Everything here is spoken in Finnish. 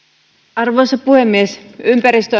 arvoisa puhemies ympäristö